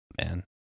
man